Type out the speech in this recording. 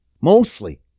Mostly